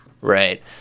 Right